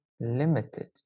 limited